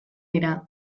dira